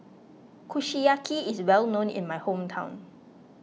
Kushiyaki is well known in my hometown